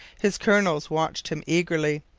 his colonels watched him eagerly.